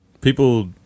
People